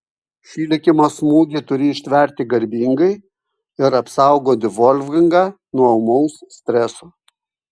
šį likimo smūgį turi ištverti garbingai ir apsaugoti volfgangą nuo ūmaus streso